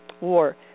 war